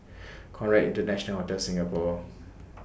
Conrad International Hotel Singapore